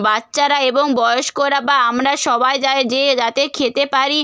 বাচ্চারা এবং বয়স্করা বা আমরা সবাই যায় যেয়ে যাতে খেতে পারি